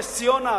נס-ציונה,